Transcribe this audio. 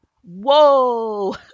whoa